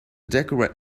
decorate